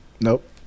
Nope